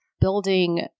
building